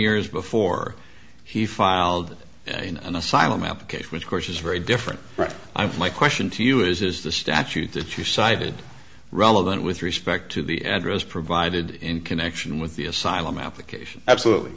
years before he filed in an asylum application which of course is very different i'm from my question to you is the statute that you cited relevant with respect to the address provided in connection with the asylum application absolutely